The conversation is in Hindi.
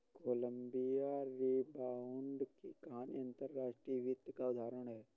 कोलंबिया रिबाउंड की कहानी अंतर्राष्ट्रीय वित्त का उदाहरण है